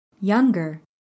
Younger